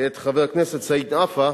את חבר הכנסת סעיד נפאע,